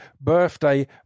birthday